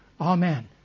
Amen